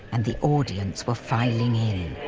and the audience were filing in,